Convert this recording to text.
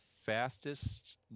fastest